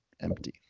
Empty